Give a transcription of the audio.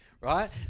right